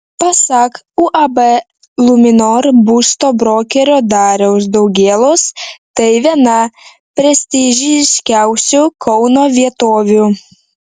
pasak uab luminor būsto brokerio dariaus daugėlos tai viena prestižiškiausių kauno vietovių